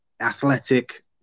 Athletic